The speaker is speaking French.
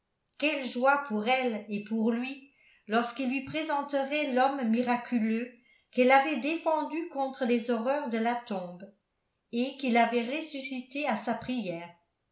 quelle joie pour elle et pour lui lorsqu'il lui présenterait l'homme miraculeux qu'elle avait défendu contre les horreurs de la tombe et qu'il avait ressuscité à sa prière